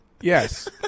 yes